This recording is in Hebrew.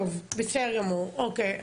טוב, בסדר גמור, אוקיי.